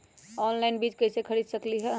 Online बीज कईसे खरीद सकली ह?